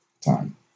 time